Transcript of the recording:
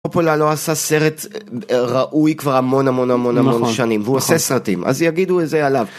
פופולה לא עשה סרט ראוי כבר המון המון המון המון המון שנים והוא עושה סרטים אז יגידו את זה עליו